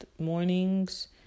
mornings